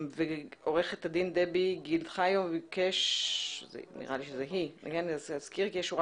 עורכת הדין דבי גילד חיו ביקשה להזכיר כי יש שורה